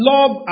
Love